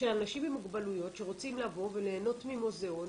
אנשים עם מוגבלויות שרוצים לבוא וליהנות ממוזיאון,